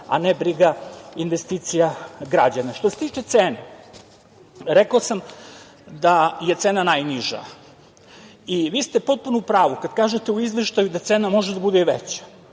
a ne briga investicija građana. Što se tiče cene, rekao sam da je cena najniža i vi ste potpuno u pravu kada kažete u Izveštaju da cena može da bude i veća